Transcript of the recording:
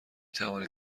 توانید